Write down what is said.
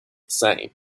same